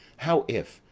how if,